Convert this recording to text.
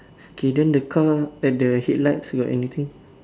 K then the car at the headlights got anything